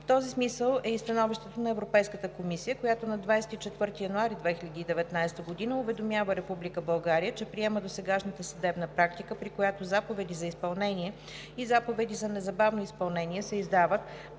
В този смисъл е и становището на Европейската комисия, която на 24 януари 2019 г. уведомява Република България, че приема досегашната съдебна практика, при която заповеди за изпълнение и заповеди за незабавно изпълнение се издават,